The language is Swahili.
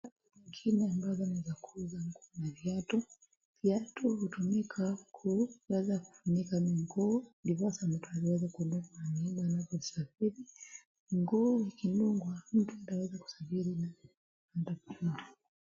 VIngine ambazo nizakuza nguo na viatu. Viatu hutumika kuweza kufunika miguu ndiposa mtu aliweza kunua mahali anaposafiri. Nguo ikinunuliwa mtu ndio ataweza kusafiri nayo.